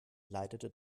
leitete